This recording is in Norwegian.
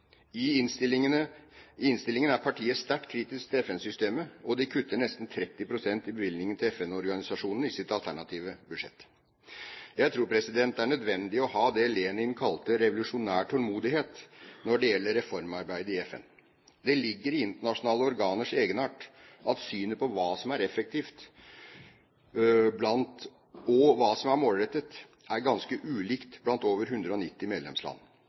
I innstillingen er partiet sterkt kritisk til FN-systemet, og de kutter nesten 30 pst. i bevilgningene til FN-organisasjonen i sitt alternative budsjett. Jeg tror det er nødvendig å ha det Lenin kalte en revolusjonær tålmodighet når det gjelder reformarbeidet i FN. Det ligger i internasjonale organers egenart at synet på hva som er effektivt, og hva som målrettet, er ganske ulikt blant over 190 medlemsland.